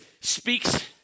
speaks